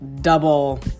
double